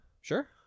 Sure